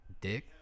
dick